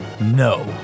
no